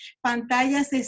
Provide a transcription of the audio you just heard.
pantallas